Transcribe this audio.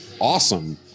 awesome